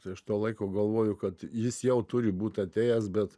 tai aš to laiko galvoju kad jis jau turi būt atėjęs bet